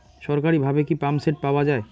সরকারিভাবে কি পাম্পসেট পাওয়া যায়?